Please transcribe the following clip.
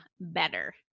better